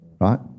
Right